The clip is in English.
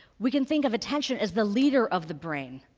we can think of attention as the leader of the brain.